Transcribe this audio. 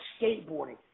skateboarding